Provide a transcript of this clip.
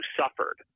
suffered